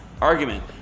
argument